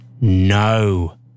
No